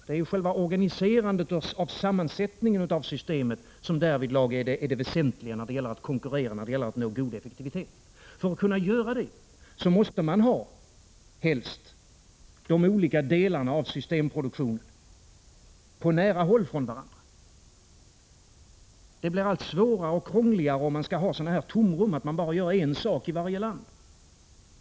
Det är själva organiserandet av sammansättningen av systemet som därvidlag är det väsentliga för att konkurrera och nå god effektivitet. För att kunna göra det måste man helst ha de olika delarna av systemproduktionen nära varandra. Det blir allt svårare och krångligare om vi har tomrum, dvs. att man bara gör en sak i varje land.